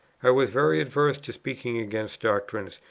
i was very averse to speaking against doctrines,